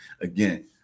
again